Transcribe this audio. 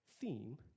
theme